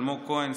אלמוג כהן,